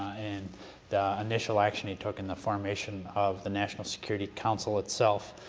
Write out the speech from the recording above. and the initial action he took in the formation of the national security council itself,